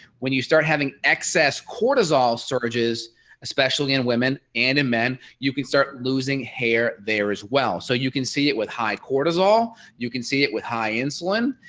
when you start having excess cortisol surges especially in women and men you can start losing hair there as well. so you can see it with high cortisol. you can see it with high insulin,